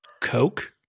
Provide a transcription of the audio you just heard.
coke